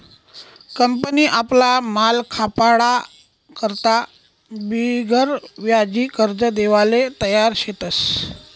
company आपला माल खपाडा करता बिगरव्याजी कर्ज देवाले तयार शेतस